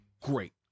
Great